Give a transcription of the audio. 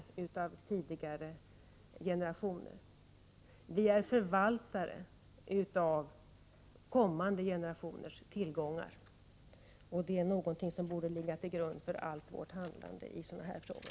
Det är vi som är förvaltare av kommande generationers tillgångar. Det är någonting som borde ligga till grund för allt vårt handlande i sådana här frågor.